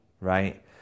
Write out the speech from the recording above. right